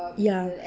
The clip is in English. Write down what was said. ya